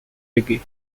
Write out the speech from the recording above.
reggae